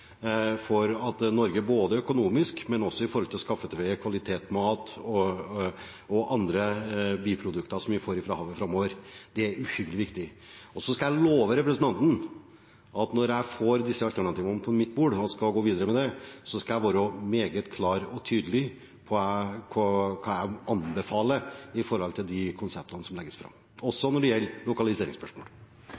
for Norge økonomisk, men også for å skaffe til veie kvalitetsmat og andre biprodukter som vi får fra havet. Det er uhyggelig viktig. Jeg skal love representanten at når jeg får disse alternativene på mitt bord og skal gå videre med dette, så skal jeg være meget klar og tydelig på hva jeg anbefaler når det gjelder de konseptene som legges fram, også